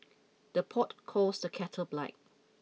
the pot calls the kettle black